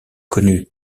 connu